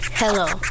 Hello